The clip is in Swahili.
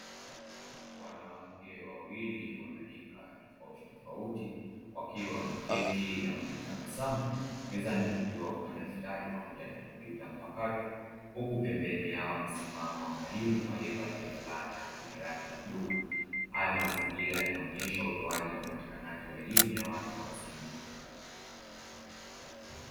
Wanawake wawili wa rika na jinsia tofautitofauti wakiwa wameketi na wametabasamu, mezani kukiwa na daftari pamoja na kompyuta mpakato huku pembeni yao amesimama mwalimu, aliyevalia fulana yenye rangi ya bluu. Haya mazingira yanaonesha utoaji na upatikanaji wa elimu ya watu wazima.